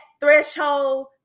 threshold